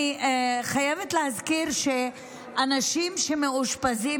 אני חייבת להזכיר שאנשים שמאושפזים,